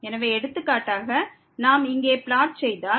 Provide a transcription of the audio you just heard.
எனவே எடுத்துக்காட்டாக நாம் இங்கே P5ஐ பிளாட் செய்தால்